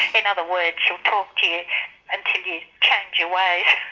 in other words, she'll talk to you until you change your ways.